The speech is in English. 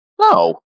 No